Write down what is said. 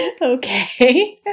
Okay